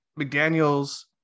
McDaniel's